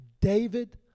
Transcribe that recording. David